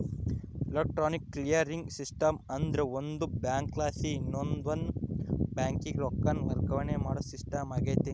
electronic clearing system ಅಂದ್ರ ಒಂದು ಬ್ಯಾಂಕಲಾಸಿ ಇನವಂದ್ ಬ್ಯಾಂಕಿಗೆ ರೊಕ್ಕಾನ ವರ್ಗಾವಣೆ ಮಾಡೋ ಸಿಸ್ಟಮ್ ಆಗೆತೆ